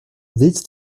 willst